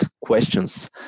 questions